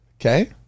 Okay